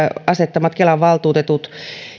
asettamat kelan valtuutetut